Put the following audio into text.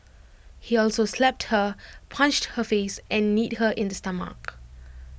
he also slapped her punched her face and kneed her in the stomach